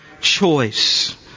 choice